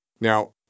Now